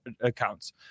accounts